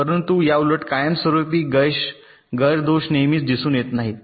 परंतु याउलट कायमस्वरुपी गैर दोष नेहमीच दिसून येत नाहीत